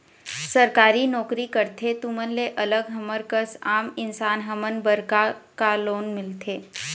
सरकारी नोकरी करथे तुमन ले अलग हमर कस आम इंसान हमन बर का का लोन मिलथे?